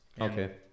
Okay